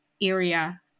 area